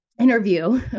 interview